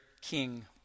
king